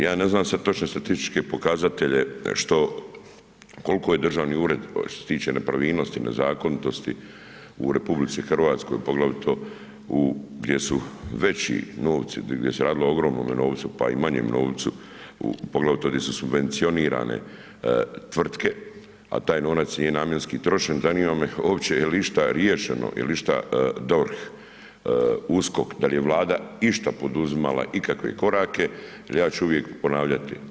Ja ne znam sad točne statističke pokazatelje što, kolko je državni ured što se tiče nepravilnosti, nezakonitosti u RH, poglavito u, gdje su veći novci, gdje se radilo o ogromnome novcu, pa i manjem novcu, poglavito gdje su subvencionirane tvrtke, a taj novac nije namjenski trošen, zanima me jel išta riješeno, jel išta DORH, USKOK, da li je Vlada išta poduzimala ikakve korake, jer ja ću uvijek ponavljati.